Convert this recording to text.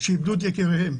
שאיבדו את יקיריהם,